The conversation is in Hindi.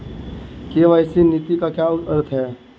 के.वाई.सी नीति का क्या अर्थ है?